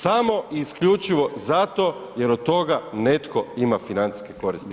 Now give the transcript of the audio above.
Samo i isključivo zato jer od toga netko ima financijske koristi.